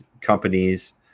companies